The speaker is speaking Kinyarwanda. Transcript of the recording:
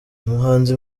umuhanzi